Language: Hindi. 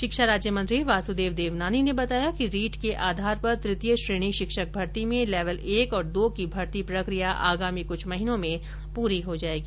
शिक्षा राज्यमंत्री वासुदेव देवनानी ने बताया कि रीट के आधार पर ततीय श्रेणी शिक्षक भर्ती में लेवल एक और दो की भर्ती प्रक्रिया आगामी क्छ महिनों में पूरी हो जाएगी